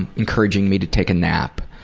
and encouraging me to take a nap.